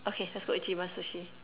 okay let's go ichiban sushi